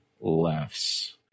lefts